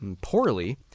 poorly